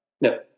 No